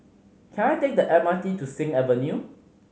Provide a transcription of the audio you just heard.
can I take the M R T to Sing Avenue